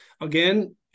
Again